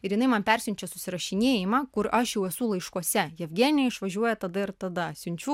ir jinai man persiunčia susirašinėjimą kur aš jau esu laiškuose jevgenija išvažiuoja tada ir tada siunčiu